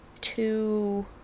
two